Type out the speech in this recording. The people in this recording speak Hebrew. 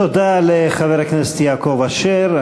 תודה לחבר הכנסת יעקב אשר.